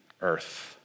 earth